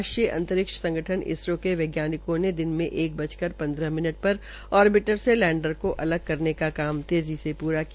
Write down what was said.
राष्ट्रीय अंतरिक्ष संगठन इसरो के वैज्ञानिकों ने दिन में एक बजकर पन्द्रह मिनट पर आरबिटर से लैंडर को अलग करने का काम तेज़ी से पूरा किया